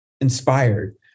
inspired